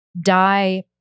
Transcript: Die